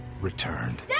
returned